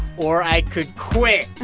or i could quit